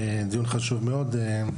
זהו דיון חשוב מאוד.